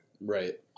right